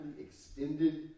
extended